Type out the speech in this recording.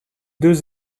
deux